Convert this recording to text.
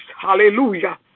Hallelujah